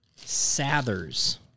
Sather's